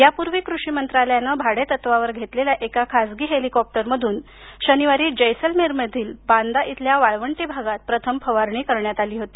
यापूर्वी कृषी मंत्रालयानं भाडे तत्वावर घेतलेल्या एका खासगी हेलिकॉप्टरमधून शनिवारी जैसलमेरमधील बांदा इथल्या वाळवंटी भागात प्रथम फवारणी केली होती